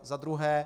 Za druhé.